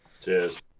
Cheers